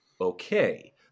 Okay